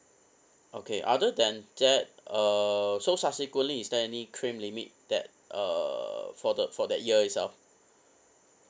okay other than that uh so subsequently is there any claim limit that uh for the for that year itself